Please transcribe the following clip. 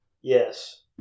Yes